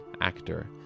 actor